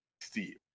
Steve